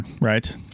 right